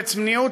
בצניעות,